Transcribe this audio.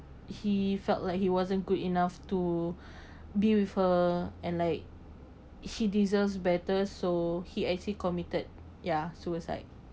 he felt like he wasn't good enough to be with her and like she deserves better so he actually committed ya suicide